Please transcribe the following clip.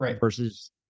versus